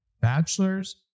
bachelor's